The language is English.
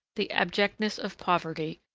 the abjectness of poverty,